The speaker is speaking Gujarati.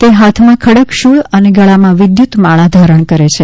તે હાથમાં ખડગ શૂળ અને ગળામાં વિદ્યુતમાળા ધારણ કરે છે